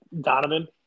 Donovan